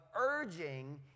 urging